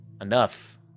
enough